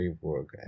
work